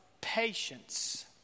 patience